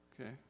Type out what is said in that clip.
Okay